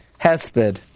Hesped